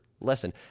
lesson